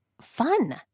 fun